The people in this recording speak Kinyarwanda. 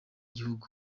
gihugu